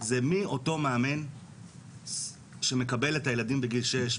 זה מי אותו מאמן שמקבל את הילדים בגיל שש,